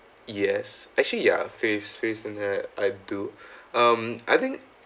yes actually ya face face and hair I do um I think